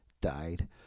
died